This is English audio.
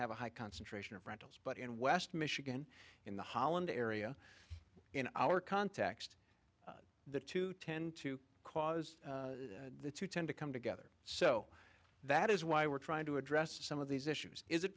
have a high concentration of rentals but in west michigan in the holland area in our context the two tend to cause the two tend to come together so that is why we're trying to address some of these issues is it